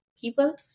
people